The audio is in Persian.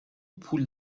پول